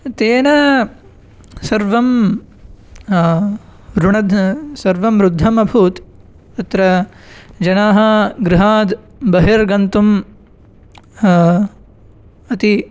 तेन सर्वं रुणद्धं सर्वं रुद्धम् अभूत् अत्र जनाः गृहाद् बहिर्गन्तुम् अति